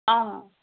অঁ